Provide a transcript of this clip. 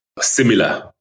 similar